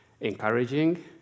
encouraging